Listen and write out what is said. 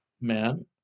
man